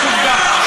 זאת עובדה.